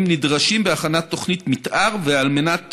הם נדרשים בהכנת תוכנית מתאר, ועל מנת